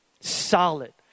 solid